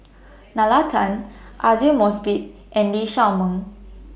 Nalla Tan Aidli Mosbit and Lee Shao Meng